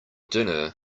dinner